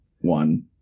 one